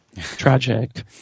Tragic